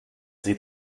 sie